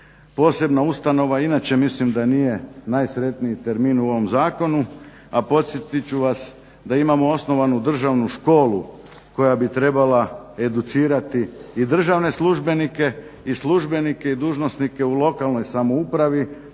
Posebna ustanova inače mislim da nije najsretniji termin u ovom zakonu, a podsjetit ću vas da imamo osnovanu državnu školu koja bi trebala educirati i državne službenike i službenike i dužnosnike u lokalnoj samoupravi